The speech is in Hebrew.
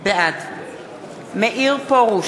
בעד מאיר פרוש,